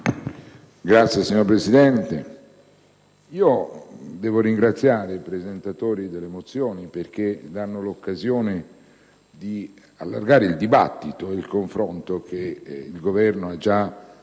esteri*. Signor Presidente, ringrazio i presentatori delle mozioni perché offrono l'occasione di allargare il dibattito e il confronto che il Governo ha già avuto